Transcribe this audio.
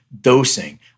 dosing